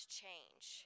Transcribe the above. change